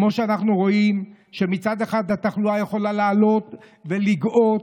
כמו שאנחנו רואים שמצד אחד התחלואה יכולה לעלות ולגאות,